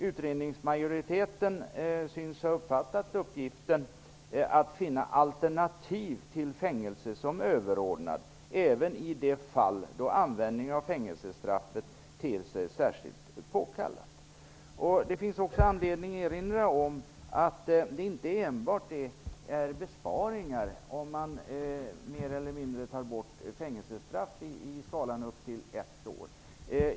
Utredningsmajoriteten synes ha uppfattat uppgiften att finna alternativ till fängelse som överordnad, även i de fall då användningen av fängelsestraffet ter sig särskilt påkallat." Det finns också anledning att erinra om att det inte enbart medför besparingar om man mer eller mindre tar bort fängelsestraff i skalan upp till ett år.